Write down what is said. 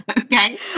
Okay